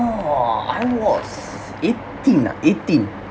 !ow! I was eighteen nah eighteen